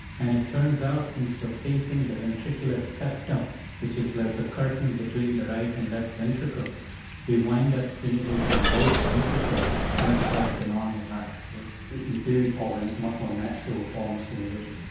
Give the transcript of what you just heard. and it turns out since we're pacing the ventricular septum which is like a curtain between the right and left ventricle we wind up stimulating both ventricles much like the normal heart. so in theory paul then it's a much more natural form of stimulation?